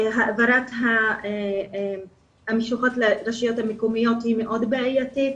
העברת המשוכות לרשויות המקומיות היא מאוד בעייתית,